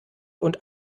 und